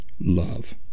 love